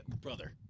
Brother